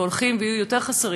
ויהיו חסרים יותר,